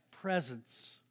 presence